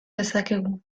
dezakegu